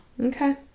Okay